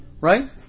Right